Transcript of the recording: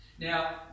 Now